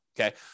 okay